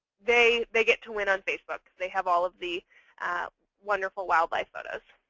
they they get to win on facebook. they have all of the wonderful wildlife photos.